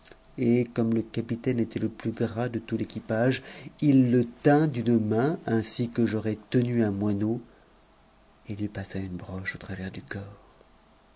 et comme le capitaine était le plus gras de l'équipage il le tint d'une ma ainsi que j'aurais tenu un moineau et lui passa une broche au travers du corps